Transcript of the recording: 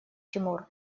тимур